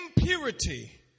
impurity